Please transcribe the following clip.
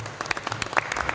hvala.